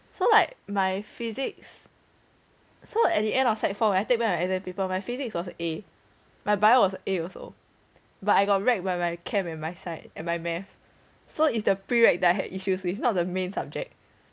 so like my physics so at the end of sec four when I take back my exam paper my physics was a my bio was a also but I got wreck by my chem and my math so it's the pre-req that had issues with not the main subject